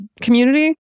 community